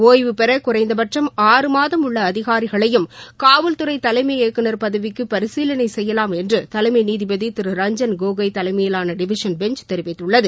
ஒய்வு பெற குறைந்தபட்சம் ஆறு மாதம் உள்ள அதிகாரிகளையும் காவல்துறை தலைமை இயக்குநர் பதவிக்கு பரிசீலனை செய்யலாம் என்று தலைமை நீதிபதி திரு ரஞ்சன் கோகோய் தலைமையிலான டிவிஷன் பெஞ்ச் தெரிவித்துள்ளது